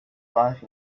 life